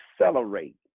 accelerate